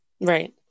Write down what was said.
right